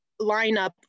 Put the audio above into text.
lineup